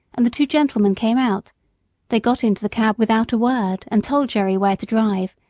and the two gentlemen came out they got into the cab without a word, and told jerry where to drive,